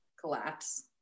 collapse